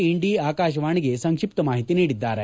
ಇಂಡಿ ಆಕಾಶವಾಣಿಗೆ ಸಂಕ್ಷಿಪ್ತ ಮಾಹಿತಿ ನೀಡಿದ್ದಾರೆ